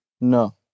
no